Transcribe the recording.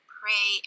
pray